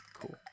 cool